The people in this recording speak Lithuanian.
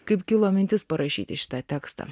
kaip kilo mintis parašyti šitą tekstą